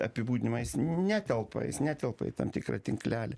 apibūdinimą jis netelpa jis netelpa į tam tikrą tinklelį